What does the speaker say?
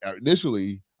initially